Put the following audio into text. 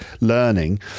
learning